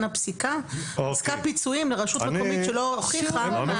הפסיקה פסקה פיצויים לרשות המקומית שלא הוכיחה --- זה לא נכון,